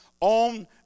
on